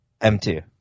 M2